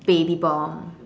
baby bomb